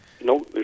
no